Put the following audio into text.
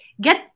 get